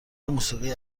موسیقی